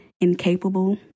incapable